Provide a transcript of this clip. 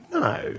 No